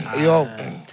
yo